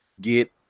get